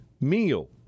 meal